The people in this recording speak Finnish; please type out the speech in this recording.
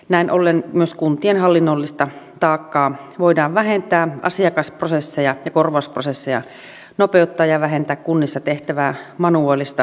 näin ollen myös kuntien hallinnollista taakkaa voidaan vähentää asiakasprosesseja ja korvausprosesseja nopeuttaa ja vähentää kunnissa tehtävää manuaalista työtä